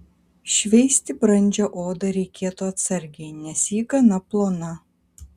šveisti brandžią odą reikėtų atsargiai nes ji gana plona